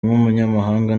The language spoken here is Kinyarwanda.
nk’umunyamahanga